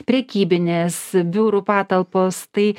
prekybinės biurų patalpos tai